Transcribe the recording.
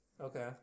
Okay